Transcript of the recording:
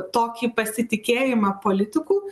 tokį pasitikėjimą politikų